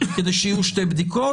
כדי שיהיו שתי בדיקות,